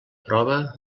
prova